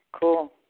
cool